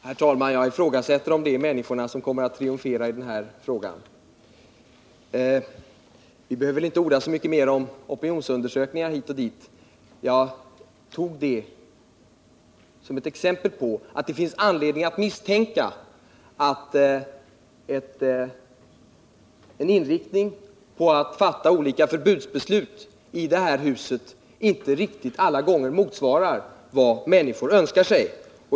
Herr talman! Jag ifrågasätter om det är människorna som kommer att triumfera när det gäller det här beslutet. Vi behöver inte orda så mycket mer om opinionsundersökningar hit och dit. Jag tog upp den saken som ett exempel på att det finns anledning att misstänka att en inriktning på att fatta olika förbudsbeslut i det här huset inte riktigt alla gånger motsvarar vad människorna önskar sig.